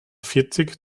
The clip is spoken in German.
vierzig